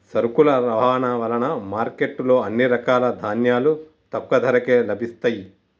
సరుకుల రవాణా వలన మార్కెట్ లో అన్ని రకాల ధాన్యాలు తక్కువ ధరకే లభిస్తయ్యి